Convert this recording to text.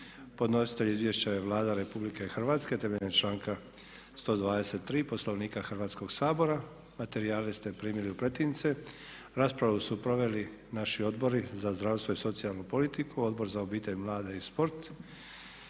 Podnositelj izvješća je Vlada Republike Hrvatske temeljem članka 123. Poslovnika Hrvatskog sabora. Materijale ste primili u pretince. Raspravu su proveli naši odbori za zdravstvo i socijalnu politiku, Odbor za obitelj, mlade i sport.